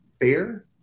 fair